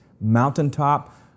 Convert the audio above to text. mountaintop